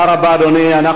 אנחנו עוברים להצבעה.